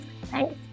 thanks